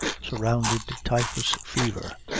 surrounded typhus fever.